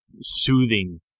soothing